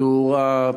תאורה,